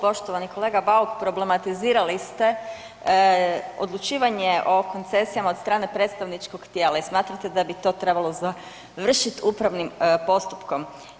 Poštovani kolega Bauk, problematizirali ste odlučivanje o koncesijama od strane predstavničkog tijela i smatrate da bi to trebalo završit upravnim postupkom.